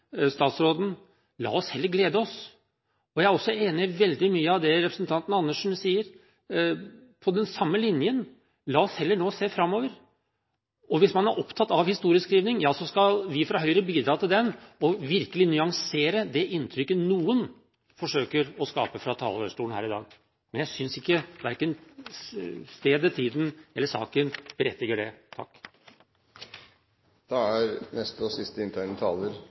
statsråden – la oss heller glede oss. Jeg er også enig i veldig mye av det representanten Andersen sier, på den samme linjen – la oss heller nå se framover. Hvis man er opptatt av historieskriving, ja, så skal vi fra Høyre bidra til den og virkelig nyansere det inntrykket noen forsøker å skape fra talerstolen her i dag. Men jeg synes ikke verken stedet, tiden eller saken berettiger det. Eg skal gjere eit forsøk til på å grunngje kritikken min og